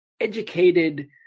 educated